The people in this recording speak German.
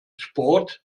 sport